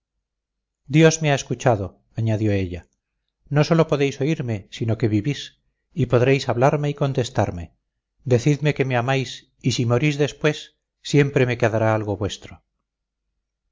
dios me ha escuchado añadió ella no sólo podéis oírme sino que vivís y podréis hablarme y contestarme decidme que me amáis y si morís después siempre me quedará algo vuestro